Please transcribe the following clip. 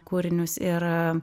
kūrinius ir